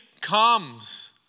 comes